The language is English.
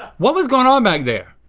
what was going on back there?